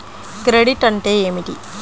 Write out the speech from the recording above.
Credit అంటే ఏమిటి?